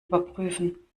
überprüfen